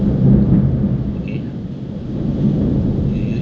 okay ah ya